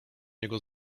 jego